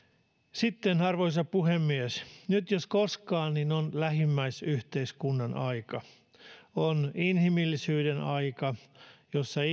arvoisa puhemies nyt jos koskaan on lähimmäisyhteiskunnan aika on inhimillisyyden aika jossa